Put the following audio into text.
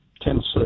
Tennessee